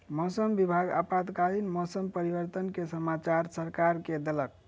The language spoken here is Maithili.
मौसम विभाग आपातकालीन मौसम परिवर्तन के समाचार सरकार के देलक